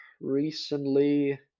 Recently